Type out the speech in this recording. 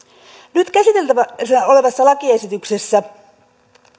nyt käsiteltävänä olevassa lakiesityksessä